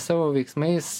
savo veiksmais